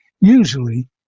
usually